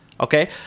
Okay